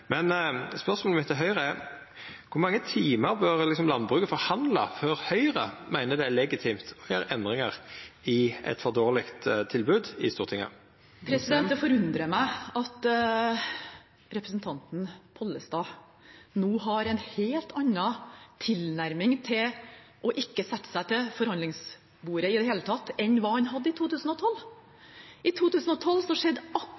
Men spørsmålet mitt til Høgre er: Kor mange timer bør landbruket forhandla før Høgre meiner det er legitimt å gjera endringar i eit for dårleg tilbod i Stortinget? Det forundrer meg at representanten Pollestad nå har en helt annen tilnærming til ikke å sette seg til forhandlingsbordet i det hele tatt enn hva han hadde i